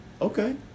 Okay